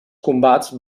combats